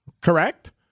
correct